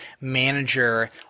manager